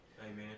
Amen